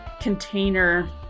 container